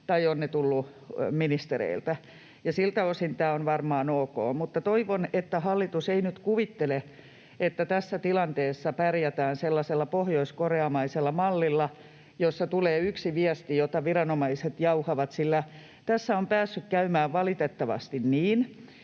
tai ovat ne tulleet ministereiltä, ja siltä osin tämä on varmaan ok. Mutta toivon, että hallitus ei nyt kuvittele, että tässä tilanteessa pärjätään sellaisella pohjoiskoreamaisella mallilla, jossa tulee yksi viesti, jota viranomaiset jauhavat, sillä tässä on päässyt käymään valitettavasti niin,